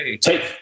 take